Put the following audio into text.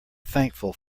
thankful